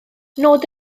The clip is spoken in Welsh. nod